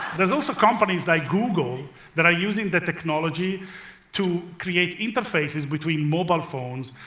there's also companies like google that are using the technology to create interfaces between mobile phones,